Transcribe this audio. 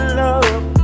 love